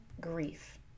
grief